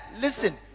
listen